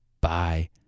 Bye